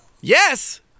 Yes